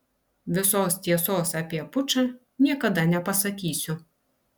visos tiesos apie pučą niekada nepasakysiu